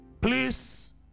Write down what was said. Please